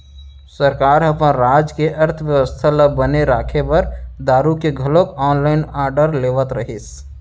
सरकार ह अपन राज के अर्थबेवस्था ल बने राखे बर दारु के घलोक ऑनलाइन आरडर लेवत रहिस